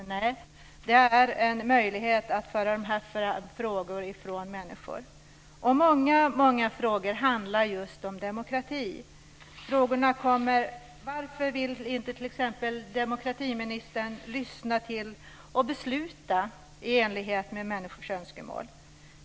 Nej, detta är en möjlighet att föra fram frågor från människor. Många frågor handlar just om demokrati. Det kommer t.ex. frågor om varför demokratiministern inte vill lyssna till och besluta i enlighet med människors önskemål.